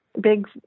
big